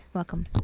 welcome